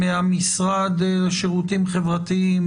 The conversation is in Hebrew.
מהמשרד לשירותים חברתיים,